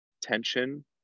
tension